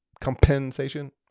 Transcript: compensation